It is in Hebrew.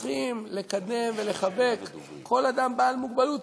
צריכים לקדם ולחבק כל אדם בעל מוגבלות,